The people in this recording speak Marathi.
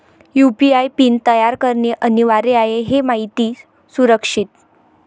यू.पी.आय पिन तयार करणे अनिवार्य आहे हे माहिती सुरक्षित